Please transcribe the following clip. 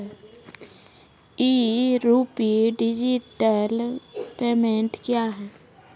ई RUPI digital payment क्या हैं?